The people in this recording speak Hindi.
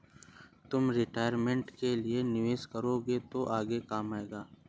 तुम रिटायरमेंट के लिए निवेश करोगे तो आगे काम आएगा